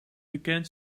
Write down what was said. bekend